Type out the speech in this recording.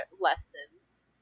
lessons